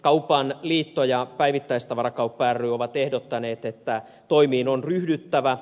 kaupan liitto ja päivittäistavarakauppa ry ovat ehdottaneet että toimiin on ryhdyttävä